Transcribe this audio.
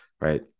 right